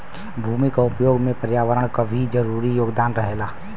भूमि क उपयोग में पर्यावरण क भी जरूरी योगदान रहेला